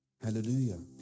Hallelujah